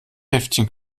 heftchen